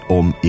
om